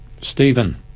Stephen